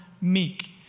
meek